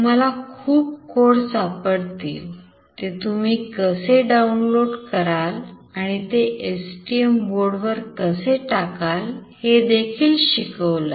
तुम्हाला खूप code सापडतील ते तुम्ही कसे डाऊनलोड कराल आणि ते STM बोर्डवर कस टाकाल हे देखील शिकवलं